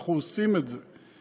ואנחנו עושים את זה.